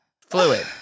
fluid